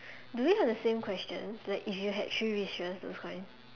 do we have the same questions like if you had three wishes those kind